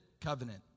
covenant